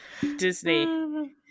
Disney